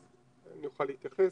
אני אוכל להתייחס.